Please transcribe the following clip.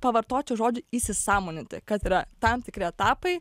pavartočiau žodį įsisąmoninti kad yra tam tikri etapai